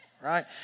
right